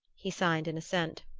he signed an assent.